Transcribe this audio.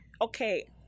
Okay